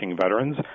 veterans